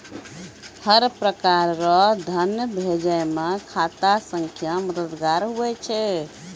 हर प्रकार रो धन भेजै मे खाता संख्या मददगार हुवै छै